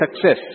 success